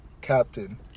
Captain